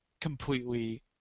completely